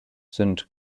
sind